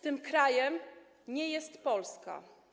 Tym krajem nie jest Polska.